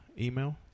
email